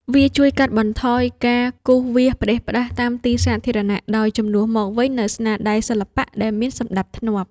វាជួយកាត់បន្ថយការគូរវាសផ្ដេសផ្ដាស់តាមទីសាធារណៈ ដោយជំនួសមកវិញនូវស្នាដៃសិល្បៈដែលមានសណ្ដាប់ធ្នាប់។